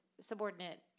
subordinate